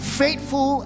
faithful